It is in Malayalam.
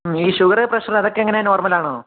ഈ ഷുഗര് പ്രഷര് അതൊക്കെ എങ്ങനെ നോർമ്മലാണോ